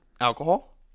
alcohol